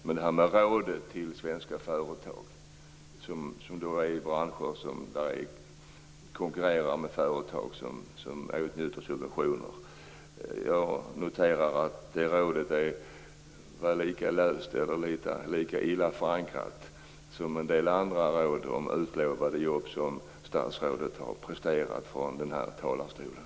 Men jag noterar att rådet till svenska företag i branscher där de konkurrerar med företag som utnyttjar subventioner var lika illa förankrat som en del andra råd om utlovade jobb som statsrådet har presterat från den här talarstolen.